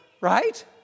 Right